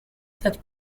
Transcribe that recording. that